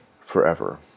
forever